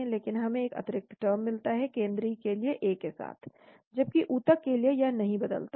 लेकिन हमें एक अतिरिक्त टर्म मिलता है केंद्रीय के लिए A के साथ जबकि ऊतक के लिए यह नहीं बदलता है